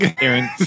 Aaron